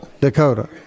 Dakota